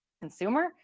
consumer